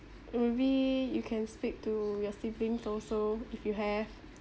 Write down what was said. or maybe you can speak to your siblings also if you have